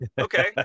Okay